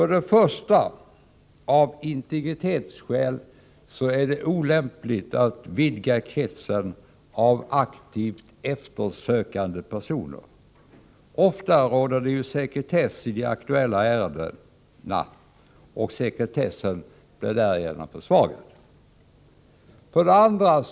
1. Avintegritetsskäl är det olämpligt att vidga kretsen av aktivt eftersökande personer. Ofta råder det ju sekretess i de aktuella ärendena, och den skulle då bli försvagad. 2.